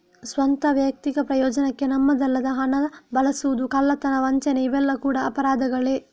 ಸ್ವಂತ, ವೈಯಕ್ತಿಕ ಪ್ರಯೋಜನಕ್ಕೆ ನಮ್ಮದಲ್ಲದ ಹಣ ಬಳಸುದು, ಕಳ್ಳತನ, ವಂಚನೆ ಇವೆಲ್ಲ ಕೂಡಾ ಅಪರಾಧಗಳೇ